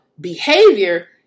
behavior